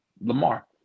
Lamar